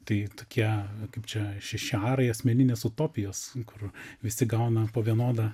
tai tokie kaip čia šeši arai asmeninės utopijos kur visi gauna po vienodą